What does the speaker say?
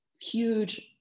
huge